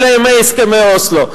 אלא ימי הסכמי אוסלו.